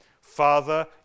Father